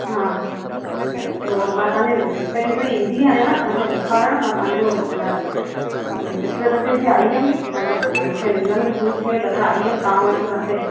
हा मां तव्हांजे डिसपेंंसरी ईंदी आहियां मां तव्हांखे ॾेखारण मां तव्हांजो इन पिछले दफे बि आई हुयमि मूंखे लिंङन में सूर पयो त आई हुयमि तव्हां वटि तव्हांखे